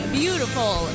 beautiful